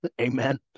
amen